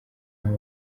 aho